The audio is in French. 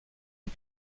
est